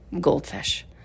goldfish